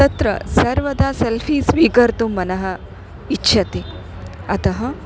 तत्र सर्वदा सेल्फ़ी स्वीकर्तुं मनः इच्छति अतः